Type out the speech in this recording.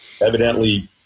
Evidently